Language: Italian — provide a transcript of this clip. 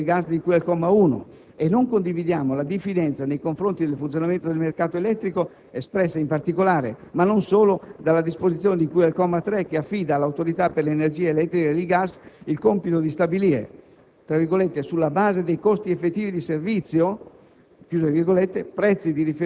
le disposizioni riguardanti lo stoccaggio del gas di cui al comma 1, e non condividiamo la diffidenza nei confronti del funzionamento del mercato elettrico, espressa in particolare (ma non solo) dalla disposizione di cui al comma 3, che affida all'Autorità per l'energia elettrica e il gas il compito di stabilire "sulla base dei costi effettivi di servizio"